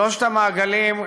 שלושת המעגלים,